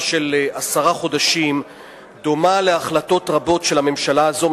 של עשרה חודשים דומה להחלטות רבות של הממשלה הזו,